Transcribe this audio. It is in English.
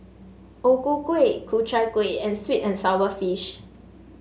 O Ku Kueh Ku Chai Kueh and sweet and sour fish